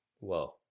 Whoa